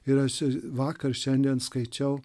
ir aš čia vakar šiandien skaičiau